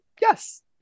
Yes